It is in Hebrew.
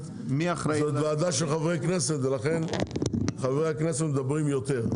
זו ועדה של חברי הכנסת ולכן חברי הכנסת מדברים יותר.